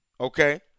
Okay